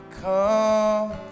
come